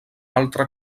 altre